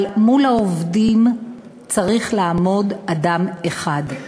אבל מול העובדים צריך לעמוד אדם אחד,